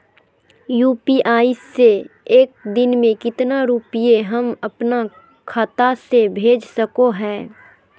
UPI से एक दिन में कितना रुपैया हम अपन खाता से भेज सको हियय?